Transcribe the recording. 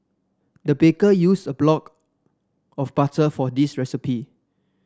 the baker used a block of butter for this recipe